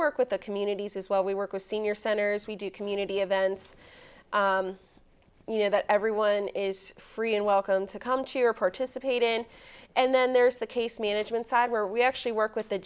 work with the communities as well we work with senior centers we do community events you know that everyone is free and welcome to come to or participate in and then there's the case management side where we actually work with